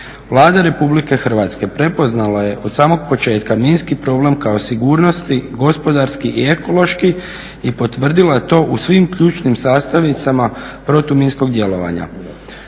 Vlada Republike Hrvatske prepoznala je od samog početka minski problem kao sigurnosti gospodarski i ekološki i potvrdila to u svim ključnim sastavnicima protuminskog djelovanja.